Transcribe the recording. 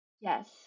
Yes